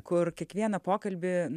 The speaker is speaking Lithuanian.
kur kiekvieną pokalbį